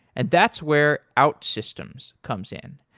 and that's where outsystems comes in.